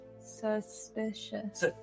Suspicious